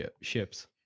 ships